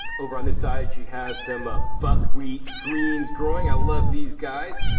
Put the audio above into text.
over on this side she has some buckwheat greens growing. i love these guys.